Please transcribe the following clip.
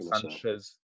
Sanchez